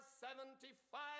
seventy-five